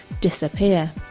disappear